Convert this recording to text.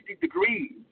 degrees